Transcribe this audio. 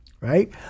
Right